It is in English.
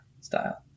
style